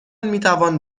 میتوان